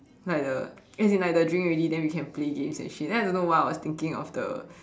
like the as in like the drink already then we can play games that shit then I don't know why I was thinking of the